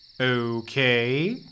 Okay